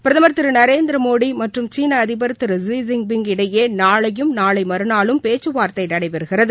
பிரதமர் திரு நரேந்திரமோடி மற்றும் சீன அதிபர் திரு ஸி ஜின்பிங் இடையே நாளையும் நாளை மறுநாளும் பேச்சுவார்த்தை நடைபெறுகிறது